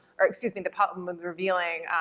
or excuse me, the problem of revealing,